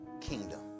kingdom